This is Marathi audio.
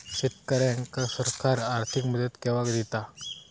शेतकऱ्यांका सरकार आर्थिक मदत केवा दिता?